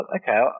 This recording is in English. okay